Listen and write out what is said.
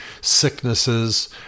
sicknesses